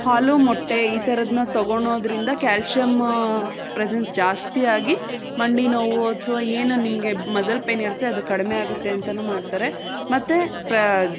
ಹಾಲು ಮೊಟ್ಟೆ ಈ ಥರದ್ದನ್ನ ತೊಗೋಳ್ಳೋದರಿಂದ ಕ್ಯಾಲ್ಶಿಯಂ ಪ್ರೆಸೆನ್ಸ್ ಜಾಸ್ತಿ ಆಗಿ ಮಂಡಿ ನೋವು ಅಥ್ವಾ ಏನು ನಿಮಗೆ ಮಸಲ್ ಪೇಯ್ನ್ ಇರುತ್ತೆ ಅದು ಕಡಿಮೆ ಆಗುತ್ತೆ ಅಂತಲೂ ಮಾಡ್ತಾರೆ ಮತ್ತು ತ